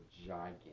gigantic